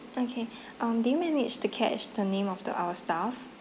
okay um did you manage to catch the name of the our staff